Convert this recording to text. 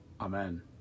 Amen